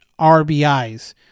RBIs